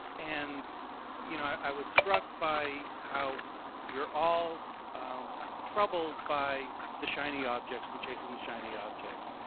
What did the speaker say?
and you know i was struck by how you're all troubled by the shiny objects and chasing the shiny objects.